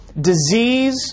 disease